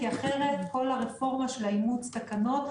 כי אחרת כל הרפורמה של אימוץ התקנות,